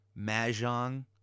Mahjong